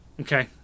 okay